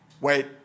wait